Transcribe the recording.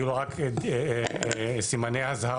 יהיו לה רק סימני אזהרה.